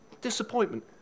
disappointment